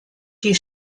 die